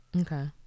Okay